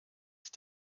ist